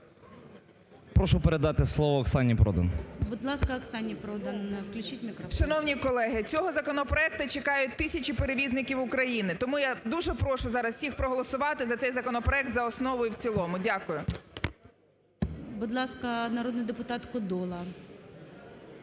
Прошу передати слово Оксані Продан. ГОЛОВУЮЧИЙ. Будь ласка, Оксані Продан включіть мікрофон. 17:35:17 ПРОДАН О.П. Шановні колеги, цього законопроекту чекають тисячі перевізників України. Тому я дуже прошу зараз всіх проголосувати за цей законопроект за основу і в цілому. Дякую. ГОЛОВУЮЧИЙ. Будь ласка, народний депутат Кодола.